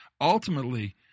Ultimately